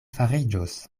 fariĝos